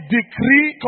decree